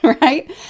right